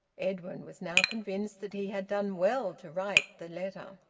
edwin was now convinced that he had done well to write the letter.